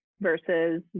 versus